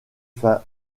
fin